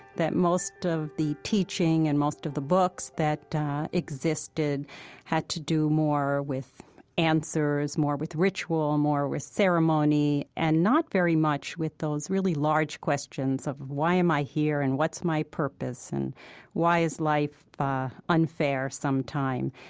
that most of the teaching and most of the books that existed had to do more with answers, more with ritual, more with ceremony, ceremony, and not very much with those really large questions of why am i here? and what's my purpose? and why is life unfair sometime?